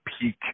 peak